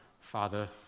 Father